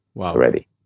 already